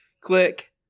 click